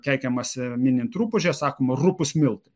keikiamasi minint rupūžę sakoma rupūs miltai